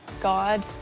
God